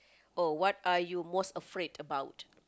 oh what are you most afraid about